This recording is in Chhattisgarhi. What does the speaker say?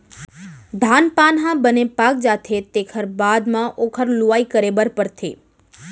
धान पान ह बने पाक जाथे तेखर बाद म ओखर लुवई करे बर परथे